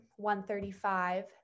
135